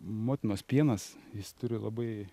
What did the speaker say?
motinos pienas jis turi labai